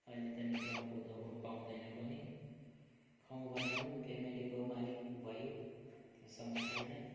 अहिले त नि क्लबको त्यो ओम पाउँदैन पनि पाऊँ भन्दा पनि फ्यामिलीको मालिक भयो त्यो समय छैन